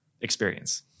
Experience